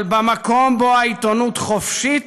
אבל במקום בו העיתונות חופשית,